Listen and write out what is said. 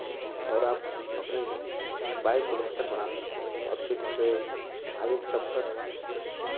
और आप अपने बाइक को बेहतर बना सकते हैं और फिर से आगे के सफ़र